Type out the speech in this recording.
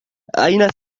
أين